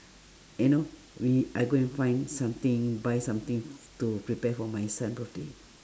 you know we I go and find something buy something to prepare for my son birthday